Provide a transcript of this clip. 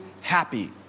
happy